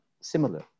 similar